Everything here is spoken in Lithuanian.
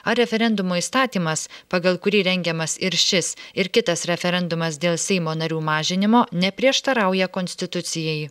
ar referendumo įstatymas pagal kurį rengiamas ir šis ir kitas referendumas dėl seimo narių mažinimo neprieštarauja konstitucijai